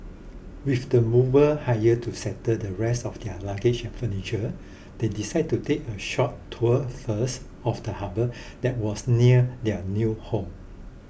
with the mover hired to settle the rest of their luggage and furniture they decide to take a short tour first of the harbour that was near their new home